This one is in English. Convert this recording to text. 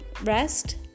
rest